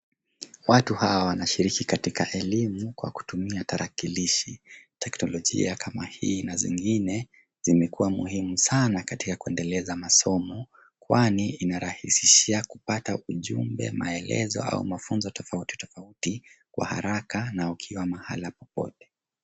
Watu hawa wanashiriki katika elimu kwa kutumia tarakilishi. Teknolojia kama hii na zingine zimekuwa muhimu sana katika kuendeleza masomo kwani inarahisishia kupata ujumbe, maelezo au mafunzo tofautitofauti kwa haraka na ukiwa mahala popote.